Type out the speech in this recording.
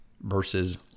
versus